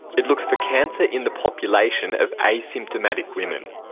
it looks for cancer in the population of asymptomatic women.